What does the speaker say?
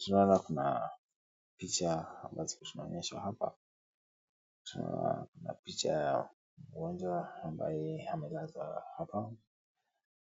Tunaona kuna picha ya mgonjwa ambaye amelazwa hapa,